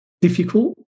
difficult